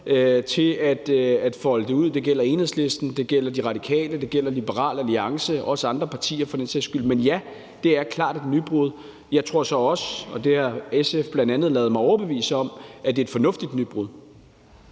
til at folde det ud. Det gælder Enhedslisten, det gælder De Radikale, det gælder Liberal Alliance og også andre partier for den sags skyld. Men ja, det er klart et nybrud. Jeg tror så også – og det har jeg bl.a. ladet mig overbevise om af SF – at det er et fornuftigt nybrud.